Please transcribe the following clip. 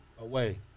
away